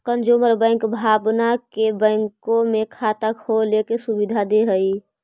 consumer bank भावना के बैंकों में खाता खोले के सुविधा दे हइ